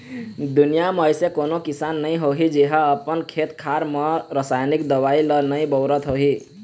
दुनिया म अइसे कोनो किसान नइ होही जेहा अपन खेत खार म रसाइनिक दवई ल नइ बउरत होही